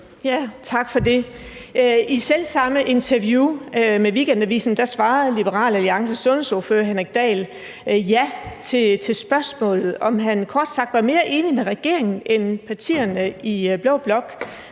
Tak for det. I selv samme interview med Weekendavisen svarede Liberal Alliances sundhedsordfører, hr. Henrik Dahl, ja til spørgsmålet, om han kort sagt var mere enig med regeringen end med partierne i blå blok,